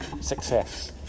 success